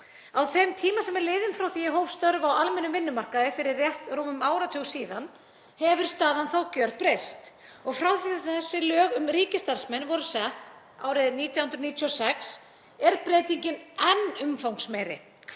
Á þeim tíma sem er liðinn frá því að ég hóf störf á almennum vinnumarkaði fyrir rétt rúmum áratug síðan hefur staðan gjörbreyst. Frá því að þessi lög um ríkisstarfsmenn voru sett árið 1996 er breytingin enn umfangsmeiri,